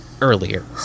earlier